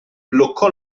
bloccò